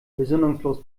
besinnungslos